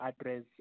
address